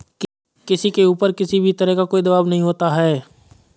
किसी के ऊपर किसी भी तरह का कोई दवाब नहीं होता है